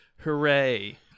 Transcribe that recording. Hooray